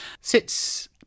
sits